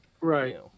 Right